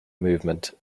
movement